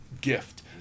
gift